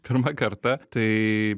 pirmą kartą tai